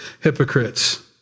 hypocrites